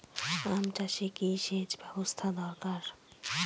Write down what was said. আম চাষে কি সেচ ব্যবস্থা দরকার?